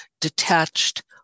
detached